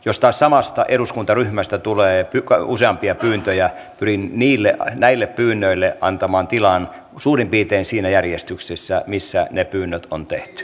jos taas samasta eduskuntaryhmästä tulee useampia pyyntöjä pyrin näille pyynnöille antamaan tilan suurin piirtein siinä järjestyksessä missä ne pyynnöt on tehty